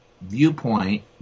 viewpoint